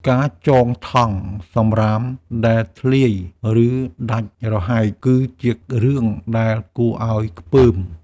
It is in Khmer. ការចងថង់សម្រាមដែលធ្លាយ ឬដាច់រហែក គឺជារឿងដែលគួរឲ្យខ្ពើម។